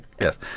Yes